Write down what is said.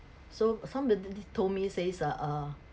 so somebody told me says uh err